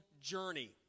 journey